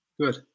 Good